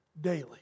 daily